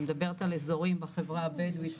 אני מדבר על אזורים בחרה הבדואית,